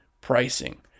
pricing